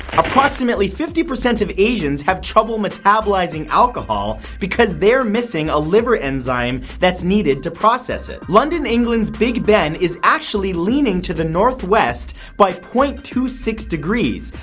approximately fifty percent of asians have trouble metabolizing alcohol because they're missing a liver enzyme that's needed to process it. london, england's big ben is actually leaning to the northwest by point two six degrees,